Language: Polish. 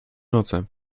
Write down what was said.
noce